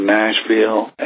Nashville